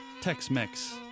tex-mex